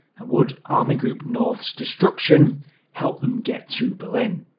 and would army group north's destruction help them get to berlin?